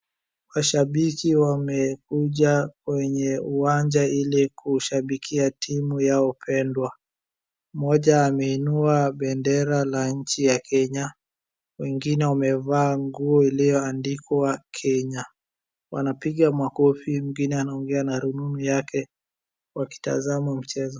Washabiki wamekuja kwenye uwanja ili kushabikia timu yao pendwa. Mmoja ameinua bendera la nchi ya kenya wengine wamevaa nguo iliyoandikwa kenya. Wanapiga makofi mwingine anaongea na rununu yake wakitazama mchezo.